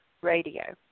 radio